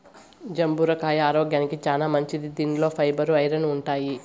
జంబూర కాయ ఆరోగ్యానికి చానా మంచిది దీనిలో ఫైబర్, ఐరన్ ఉంటాయి